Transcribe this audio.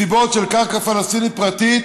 מסיבות של קרקע פלסטינית פרטית